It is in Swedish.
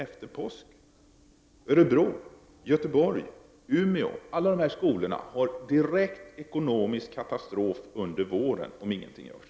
Också för skolorna i Örebro, Göteborg och Umeå blir det direkt ekonomisk katastrof under våren, om ingenting görs.